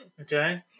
Okay